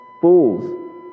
fools